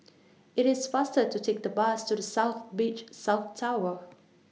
IT IS faster to Take The Bus to The South Beach South Tower